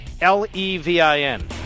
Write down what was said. L-E-V-I-N